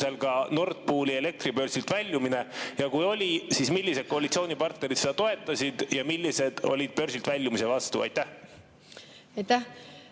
ka Nord Pooli elektribörsilt väljumine? Kui oli, siis millised koalitsioonipartnerid seda toetasid ja millised olid börsilt väljumise vastu? Aitäh,